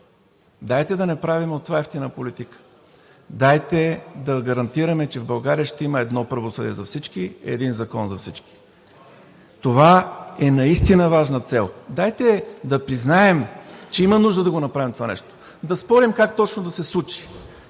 Дайте да не правим от това евтина политика, дайте да гарантираме, че в България ще има едно правосъдие за всички, един закон за всички. Това е наистина важна цел. Дайте да признаем, че има нужда да направим това нещо. Да спорим как точно да се случи